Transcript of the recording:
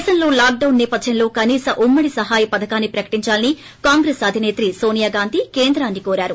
దేశంలో lockdown సేపధ్యంలో కనీస ఉమ్మడి సహాయ పథకాన్ని ప్రకటించాలని కాంగ్రెస్ అధిసేత్రి నోనియా గాంధీ కేంద్రాన్ని కోరారు